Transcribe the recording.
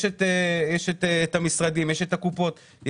יש המשרדים, יש הקופות,